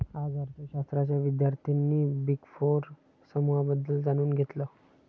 आज अर्थशास्त्राच्या विद्यार्थ्यांनी बिग फोर समूहाबद्दल जाणून घेतलं